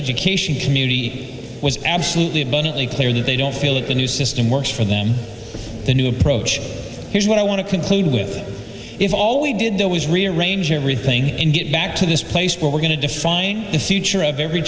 education community was absolutely abundantly clear that they don't feel that the new system works for them the new approach here's what i want to conclude with if all we did there was rearrange everything and get back to this place where we're going to define the future of every